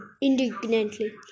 indignantly